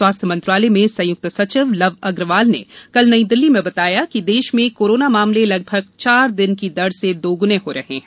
स्वास्थ्य मंत्रालय में संयुक्त सचिव लव अग्रवाल ने कल नई दिल्ली में बताया कि देश में कोरोना मामले लगभग चार दिन की दर से दोगुने हो रहे हैं